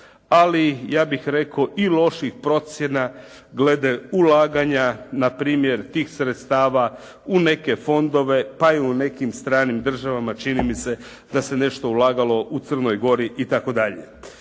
ali ja bih rekao i loših procjena glede ulaganja, na primjer tih sredstava u neke fondove, pa je u nekim stranim državama čini mi se da se nešto ulagalo u Crnoj Gori i